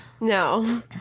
No